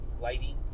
lighting